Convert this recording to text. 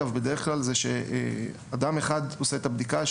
הוא שבדרך כלל אדם אחד עושה את הבדיקה,